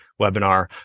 webinar